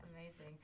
Amazing